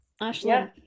ashley